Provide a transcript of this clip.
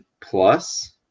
plus